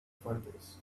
furthest